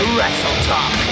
WrestleTalk